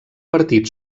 partit